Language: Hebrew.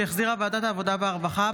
שהחזירה ועדת העבודה והרווחה,